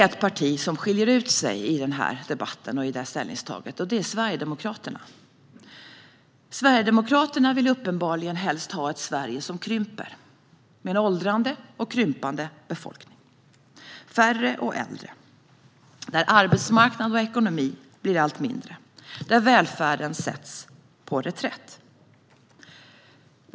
Ett parti skiljer dock ut sig i denna debatt och i ställningstagandet, nämligen Sverigedemokraterna. De vill uppenbarligen helst ha ett Sverige som krymper, med en åldrande befolkning som blir allt mindre. Vi blir färre och äldre. Arbetsmarknad och ekonomi blir allt mindre, och välfärden sätts på reträtt.